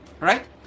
right